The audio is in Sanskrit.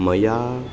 मया